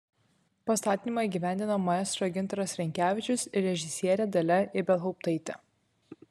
pastatymą įgyvendino maestro gintaras rinkevičius ir režisierė dalia ibelhauptaitė